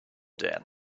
dead